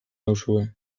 nauzue